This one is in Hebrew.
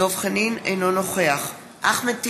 אינו נוכח אחמד טיבי,